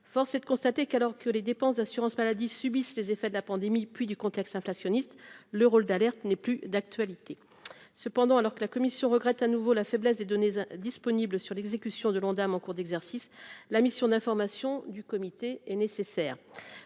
force est de constater qu'alors que les dépenses d'assurance maladie, subissent les effets de la pandémie, puis du contexte inflationniste, le rôle d'alerte n'est plus d'actualité, cependant, alors que la commission regrette à nouveau la faiblesse des données disponible sur l'exécution de l'Ondam, en cours d'exercice, la mission d'information du comité est nécessaire